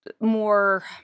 more